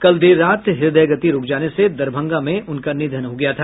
कल देर रात हृदयगति रूक जाने से दरभंगा में उनका निधन हो गया था